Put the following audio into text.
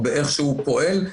באיך שהוא פועל.